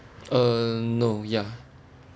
uh no ya